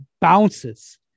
bounces